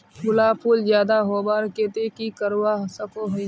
गुलाब फूल ज्यादा होबार केते की करवा सकोहो ही?